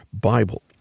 Bible